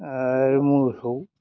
आरो मोसौ